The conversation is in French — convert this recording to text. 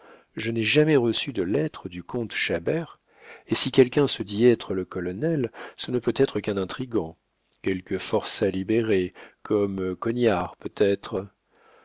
je n'ai jamais reçu de lettre du comte chabert et si quelqu'un se dit être le colonel ce ne peut être qu'un intrigant quelque forçat libéré comme cogniard peut-être